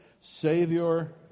Savior